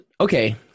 Okay